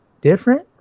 different